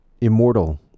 immortal